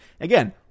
again